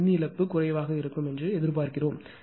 எனவே மின் இழப்பு குறைவாக இருக்கும் என்று எதிர்பார்க்கிறோம்